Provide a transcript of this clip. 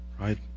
Right